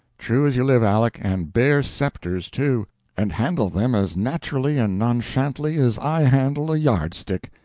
true as you live, aleck and bear scepters, too and handle them as naturally and nonchantly as i handle a yardstick.